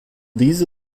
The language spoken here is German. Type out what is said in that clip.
diese